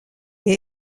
est